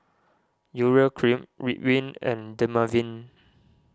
Urea Cream Ridwind and Dermaveen